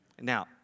Now